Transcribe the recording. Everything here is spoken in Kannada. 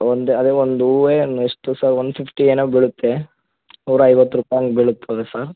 ಒಂದು ಅದೇ ಒಂದು ಹೂವೇ ಒಂದು ಎಷ್ಟು ಸಾ ಒನ್ ಫಿಫ್ಟಿ ಏನೋ ಬೀಳುತ್ತೆ ನೂರಾ ಐವತ್ತು ರೂಪಾಯಿ ಹಂಗೆ ಬೀಳುತ್ತದೆ ಸಾ